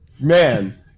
Man